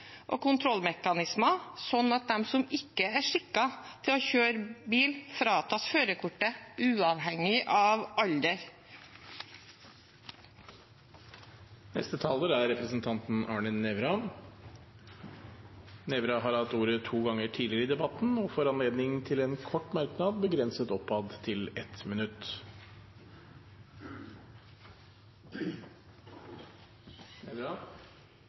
og kontrollmekanismer, sånn at de som ikke er skikket til å kjøre bil, fratas førerkortet – uavhengig av alder. Representanten Arne Nævra har hatt ordet to ganger tidligere i debatten og får ordet til en kort merknad, begrenset til 1 minutt.